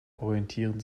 orientieren